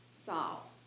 Saul